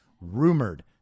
rumored